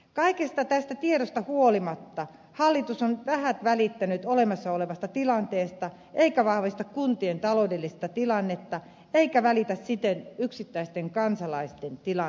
kaikesta tästä tiedosta huolimatta hallitus on vähät välittänyt olemassa olevasta tilanteesta eikä vahvista kuntien taloudellista tilannetta eikä välitä siten yksittäisten kansalaisten tilanteesta